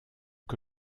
que